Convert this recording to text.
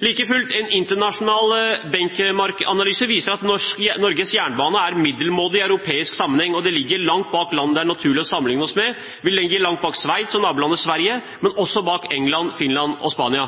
Like fullt: En internasjonal benchmark-analyse viser at Norges jernbane er middelmådig i europeisk sammenheng, og den ligger langt bak land det er naturlig å sammenligne oss med. Vi ligger langt bak Sveits og vårt naboland Sverige, men